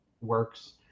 works